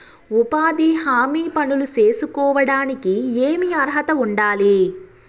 ఉపాధి హామీ పనులు సేసుకోవడానికి ఏమి అర్హత ఉండాలి?